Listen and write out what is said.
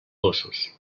gossos